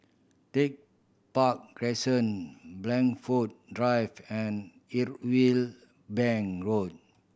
Tech Park Crescent Blandford Drive and Irwell Bank Road